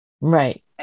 Right